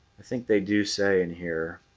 i think they do say in here